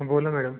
बोला मॅडम